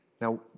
Now